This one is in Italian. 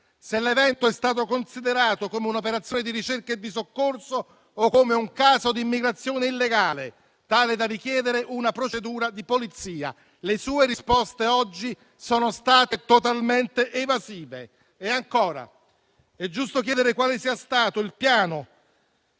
se l'evento è stato considerato come un'operazione di ricerca e di soccorso o come un caso d'immigrazione illegale, tale da richiedere una procedura di polizia. Le sue risposte oggi sono state totalmente evasive. Inoltre, è giusto chiedere quale sia stato il peso